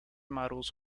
models